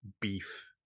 beef